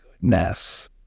goodness